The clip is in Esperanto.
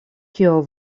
kio